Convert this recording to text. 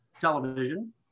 television